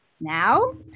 now